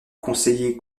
conseiller